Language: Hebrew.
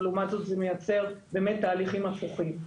ולעומת זאת, זה מייצר באמת תהליכים הפוכים.